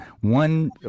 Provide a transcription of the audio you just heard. one